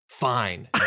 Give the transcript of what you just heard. fine